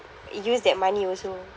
use that money also